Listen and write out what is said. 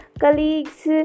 colleagues